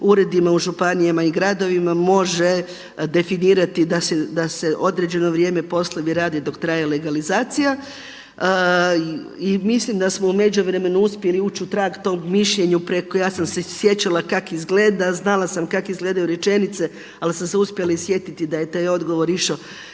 uredima u županijama i gradovima može definirati da se određeno vrijeme poslovi rade dok traje legalizacija. I mislim da smo u međuvremenu uspjeli ući u trag tog mišljenja, ja sam se sjećala kak izgleda, znala sam kak izgledaju rečenice, ali sam se uspjela i sjetiti da je taj odgovor išao